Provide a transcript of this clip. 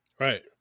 Right